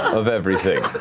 of everything.